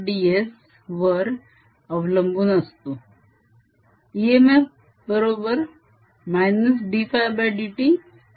ds वर अवलंबून असतो